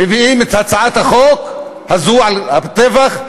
מביאים את הצעת החוק הזו על הטבח,